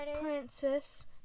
princess